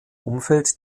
umfeld